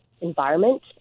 environment